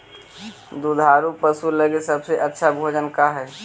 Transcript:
दुधार पशु लगीं सबसे अच्छा भोजन का हई?